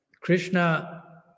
Krishna